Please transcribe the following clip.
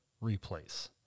replace